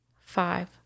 five